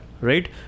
Right